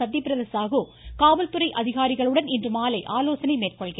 சத்யபிரத சாகு காவல்துறை அதிகாரிகளுடன் இன்றுமாலை ஆலோசனை மேற்கொள்கிறார்